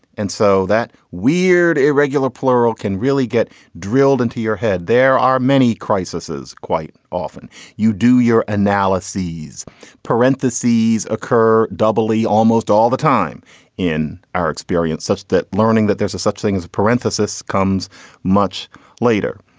and so that weird, irregular plural can really get drilled into your head. there are many crisises. quite often you do your analysis parentheses occur doubly almost all the time in our experience, such that learning that there's a such thing as a parenthesis comes much later.